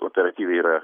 operatyviai yra